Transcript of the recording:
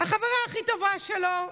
החברה הכי טובה שלו,